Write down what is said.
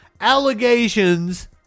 allegations